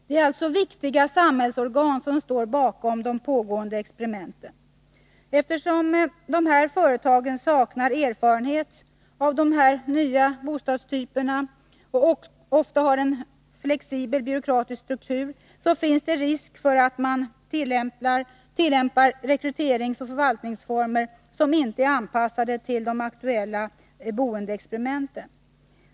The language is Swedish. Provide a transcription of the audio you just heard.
Det är alltså viktiga samhällsorgan, som står bakom de pågående experimenten. Eftersom dessa företag saknar erfarenhet av dessa nya bostadstyper och ofta har en flexibel byråkratisk struktur, finns det risk för att man tillämpar rekryteringsoch förvaltningsformer som inte är anpassade till de aktuella boendeexperimenten.